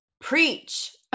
Preach